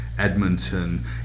Edmonton